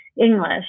English